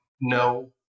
no